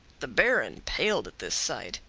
the baron paled at this sight.